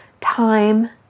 time